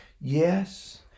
Yes